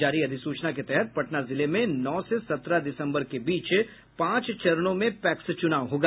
जारी अधिसूचना के तहत पटना जिले में नौ से सत्रह दिसंबर के बीच पांच चरणों में पैक्स चुनाव होगा